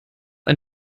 ein